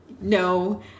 no